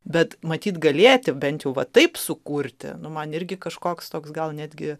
bet matyt galėti bent jau va taip sukurti nu man irgi kažkoks toks gal netgi